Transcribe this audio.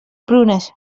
prunes